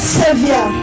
savior